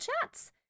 Chats